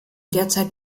derzeit